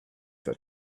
that